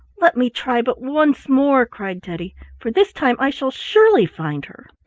let me try but once more, cried teddy, for this time i shall surely find her.